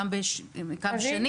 גם בקו השני,